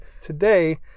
today